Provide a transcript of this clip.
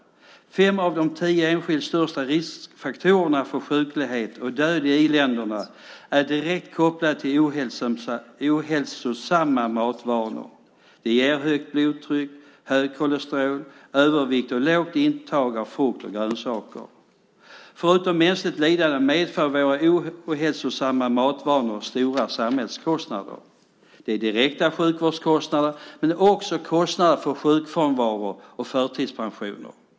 Fem av de tio enskilt största riskfaktorerna för sjuklighet och död i i-länderna är direkt kopplade till ohälsosamma matvanor: högt blodtryck, högt kolesterol, övervikt och lågt intag av frukt och grönsaker. Förutom mänskligt lidande medför våra ohälsosamma matvanor stora samhällskostnader - direkta sjukvårdskostnader, men också kostnader för sjukfrånvaro och förtidspensioner.